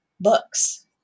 books